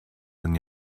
than